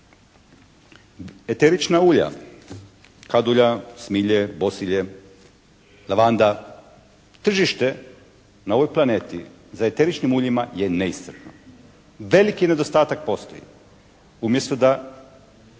Eterična ulja, kadulja, smilje, bosilje, lavanda, tržište na ovoj planeti za eteričnim uljima je neiscrpno. Veliki nedostatak postoji umjesto da